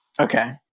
Okay